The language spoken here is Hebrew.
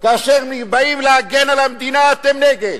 כאשר באים להגן על המדינה אתם נגד.